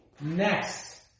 Next